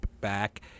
back